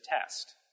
test